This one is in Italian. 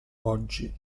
oggi